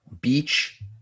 Beach